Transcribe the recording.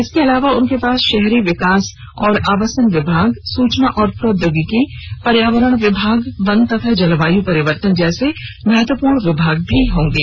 इसके अलावा उनके पास शहरी विकास और आवासन विभाग सूचना और प्रौद्योगिकी पर्यावरण विभाग वन तथा जलवायु परिवर्तन जैसे महत्वपूर्ण विभाग भी होंगे